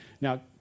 Now